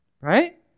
Right